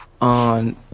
on